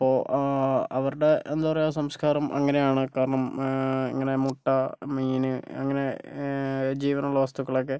അപ്പോൾ അവരുടെ എന്താ പറയുക സംസ്കാരം അങ്ങനെയാണ് കാരണം ഇങ്ങനെ മുട്ട മീൻ അങ്ങനെ ജീവനുള്ള വസ്തുക്കളൊക്കെ